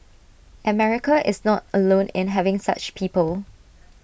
America is not alone in having such people